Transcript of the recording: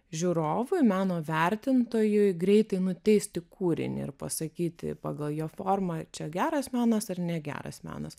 žiūrovui meno vertintojui greitai nuteisti kūrinį ir pasakyti pagal jo formą čia geras menas ar negeras menas